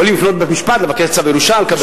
הם יכולים לפנות לבית-המשפט, לבקש צו ירושה ולקבל.